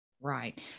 Right